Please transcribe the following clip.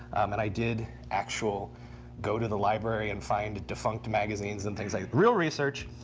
and i did actual go to the library and find defunct magazines and things like real research.